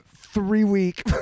three-week